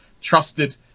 trusted